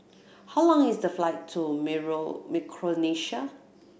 how long is the flight to Micronesia